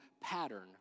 pattern